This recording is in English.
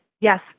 Yes